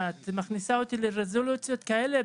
את מכניסה אותי לרזולוציות כאלה?